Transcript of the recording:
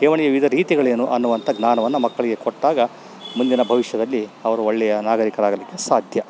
ಠೇವಣಿಯ ವಿವಿಧ ರೀತಿಗಳೇನು ಅನ್ನುವಂಥ ಜ್ಞಾನವನ್ನ ಮಕ್ಕಳಿಗೆ ಕೊಟ್ಟಾಗ ಮುಂದಿನ ಭವಿಷ್ಯದಲ್ಲಿ ಅವರು ಒಳ್ಳೆಯ ನಾಗರೀಕರಾಗ್ಲಿಕ್ಕೆ ಸಾಧ್ಯ